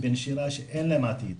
שאין להם עתיד.